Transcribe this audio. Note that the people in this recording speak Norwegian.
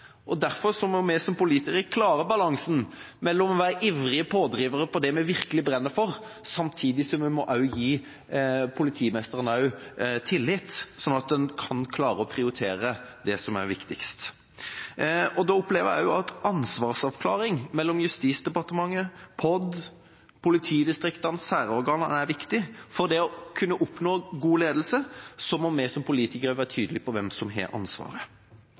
Derfor må vi som politikere klare balansen mellom å være ivrige pådrivere for det vi virkelig brenner for, og samtidig gi politimesteren tillit, sånn at en kan klare å prioritere det som er viktigst. Da opplever jeg at ansvarsoppklaring mellom Justisdepartementet, POD, politidistriktene og særorganene er viktig, for når det gjelder det å kunne oppnå god ledelse, må vi som politikere være tydelige på hvem som har ansvaret.